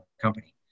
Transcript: company